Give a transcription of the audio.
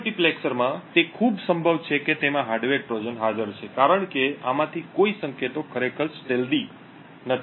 આ મલ્ટીપ્લેક્સરમાં તે ખૂબ સંભવ છે કે તેમાં હાર્ડવેર ટ્રોજન હાજર છે કારણે કે આમાંથી કોઈ સંકેતો ખરેખર છુપા નથી